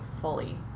fully